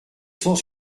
cent